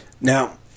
Now